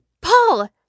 Paul